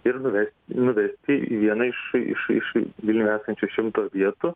ir beveik nuvesti į vieną iš iš iš vilniuje esančių šimto vietų